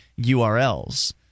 URLs